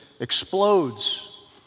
explodes